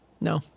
No